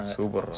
Super